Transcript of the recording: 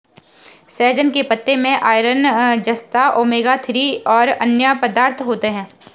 सहजन के पत्ते में आयरन, जस्ता, ओमेगा थ्री और अन्य पदार्थ होते है